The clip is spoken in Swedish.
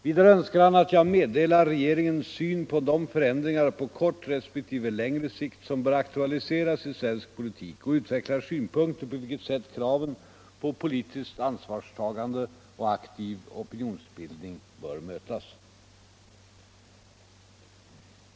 Vidare önskar han att jag meddelar regeringens syn på de förändringar på kort resp. längre sikt som bör aktualiseras i svensk politik och utvecklar synpunkter på hur kraven på politiskt ansvarstagande och aktiv opinionsbildning bör mötas.